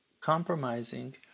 compromising